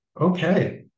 okay